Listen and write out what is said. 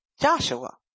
Joshua